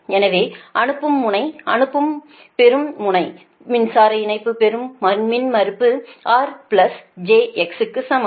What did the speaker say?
எனவே அனுப்பும் முனை அனுப்பும் அனுப்புவது பெறும் முனை மின்சார இணைப்பு பெரும் மின்மறுப்பு R jX க்கு சமம்